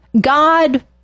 God